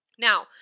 Now